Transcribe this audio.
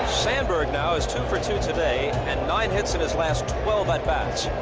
sandberg now is two for two today and nine hits in his last twelve at-bats.